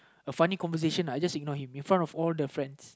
a funny conversation I just ignore him in front of all the friends